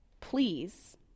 Please